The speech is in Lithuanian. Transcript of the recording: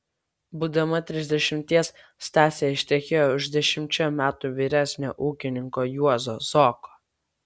būdama trisdešimties stasė ištekėjo už dešimčia metų vyresnio ūkininko juozo zoko